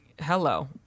hello